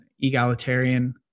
egalitarian